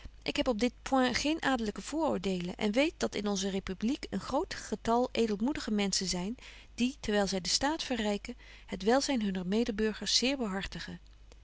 ik heb op dit point geen adelyke vooroordeelen en weet dat in onze republiek een groot getal edelmoedige menschen zyn die terwyl zy den staat verryken het welzyn hunner medeburgers zeer behartigen